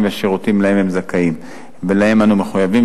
ובשירותים שהם זכאים להם ולהם אנו מחויבים,